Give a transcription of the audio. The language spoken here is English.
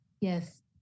Yes